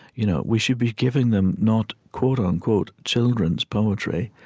you know we should be giving them not, quote-unquote, children's poetry,